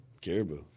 Caribou